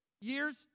years